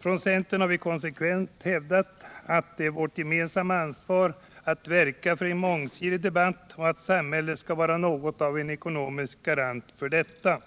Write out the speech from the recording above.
Från centern har vi konsekvent hävdat att det är vårt gemensamma ansvar att verka för en mångsidig debatt och att samhället skall vara något av en ekonomisk garant för detta.